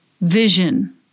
vision